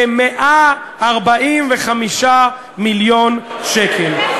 ב-145 מיליון שקל".